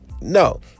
No